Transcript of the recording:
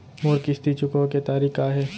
मोर किस्ती चुकोय के तारीक का हे?